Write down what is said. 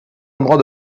endroits